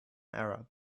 arab